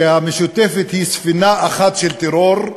שהמשותפת היא ספינה אחת של טרור?